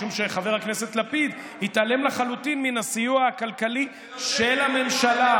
משום שחבר הכנסת לפיד התעלם לחלוטין מן הסיוע הכלכלי של הממשלה,